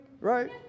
right